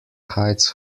hides